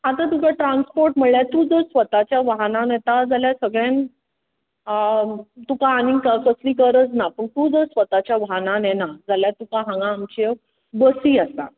आतां तुका ट्रास्पपोर्ट म्हळ्यार तूं जर स्वताच्या वाहनान येता जाल्यार सगळ्याक तुका आनी कसली गरज ना पूण तूं जर स्वताच्या वाहनान येना जाल्यार तुका हांगा आमच्यो बसी आसा